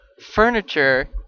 furniture